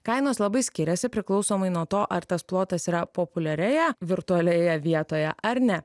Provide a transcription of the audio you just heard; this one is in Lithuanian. kainos labai skiriasi priklausomai nuo to ar tas plotas yra populiarioje virtualioje vietoje ar ne